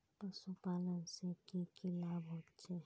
पशुपालन से की की लाभ होचे?